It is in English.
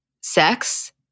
sex